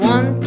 One